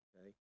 okay